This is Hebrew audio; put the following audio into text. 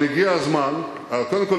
קודם כול,